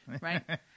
right